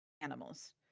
animals